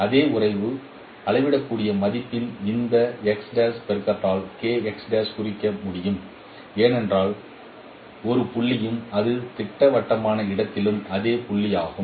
அதே உறவை அளவிடக்கூடிய மதிப்பின் இந்த பெருக்கத்தால் குறிக்க முடியும் ஏனெனில் ஒரு புள்ளியும் அது திட்டவட்டமான இடத்திலும் அதே புள்ளியாகும்